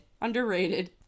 Underrated